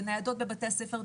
בניידות בבתי הספר,